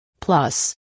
Plus